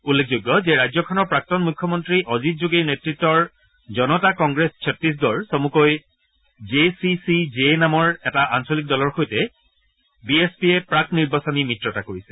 উল্লেখযোগ্য যে ৰাজ্যখনৰ প্ৰাক্তন মুখ্যমন্ত্ৰী অজিত যোগীৰ নেতৃত্বৰ জনতা কংগ্ৰেছ ছটিশগড় চমুকৈ জে চি চি জে নামৰ এটা আঞ্চলিক দলৰ সৈতে বি এছ পিয়ে প্ৰাক্ নিৰ্বাচনী মিত্ৰতা কৰিছে